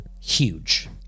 huge